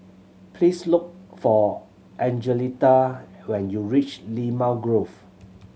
please look for Angelita when you reach Limau Grove